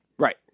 Right